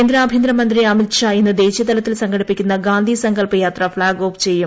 കേന്ദ്ര ആഭ്യന്തരമന്ത്രി അമിത്ഷാ ഇന്ന് ദേശീയ തലത്തിൽ സംഘടിപ്പിക്കുന്ന ഗാന്ധി സങ്കൽപ് യാത്ര ഫ്ളാഗ് ഓഫ് ചെയ്യും